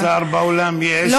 שר באולם יש, מה לעשות?